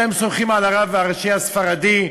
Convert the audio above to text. אתם סומכים על הרב הראשי הספרדי,